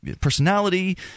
personality